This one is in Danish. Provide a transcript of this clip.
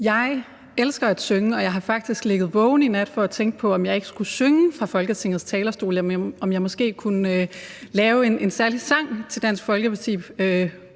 Jeg elsker at synge, og jeg har faktisk ligget vågen i nat for at tænke på, om jeg ikke skulle synge fra Folketingets talerstol, eller om jeg måske kunne lave en særlig sang til Dansk Folkeparti